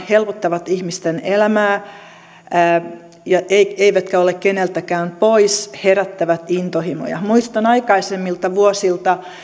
helpottavat ihmisten elämää eivätkä ole keneltäkään pois herättävät intohimoja muistan aikaisemmilta vuosilta